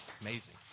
Amazing